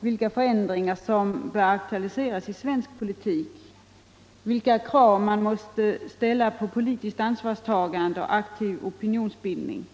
vilka förändringar som bör aktualiseras i svensk politik och vilka krav som måste ställas på politiskt ansvarstagande och aktiv opinionsbildning.